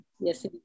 yes